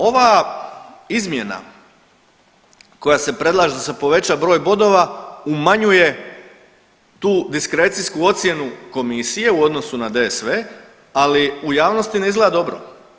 Ova izmjena koja se predlaže da se poveća broj bodova umanjuje tu diskrecijsku ocjenu komisije u odnosu DSV ali u javnosti ne izgleda dobro.